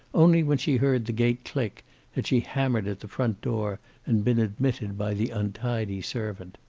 only when she heard the gate click had she hammered at the front door and been admitted by the untidy servant.